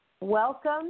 welcome